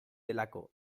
delako